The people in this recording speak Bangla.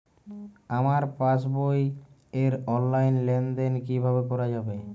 আমার পাসবই র অনলাইন লেনদেন কিভাবে করা যাবে?